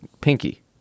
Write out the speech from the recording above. Pinky